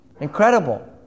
Incredible